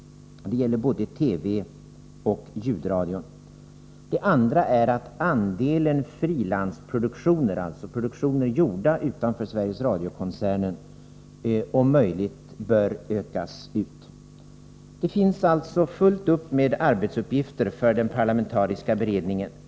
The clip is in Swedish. Det gäller både TV och ljudradion. Den andra är att andelen frilansproduktioner, dvs. produktioner gjorda utanför Sveriges Radio-koncernen, bör ökas ut. Det finns alltså fullt upp med arbetsuppgifter för den parlamentariska beredningen.